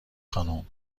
خانم